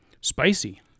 Spicy